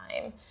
time